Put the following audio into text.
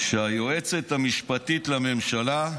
שהיועצת המשפטית לממשלה,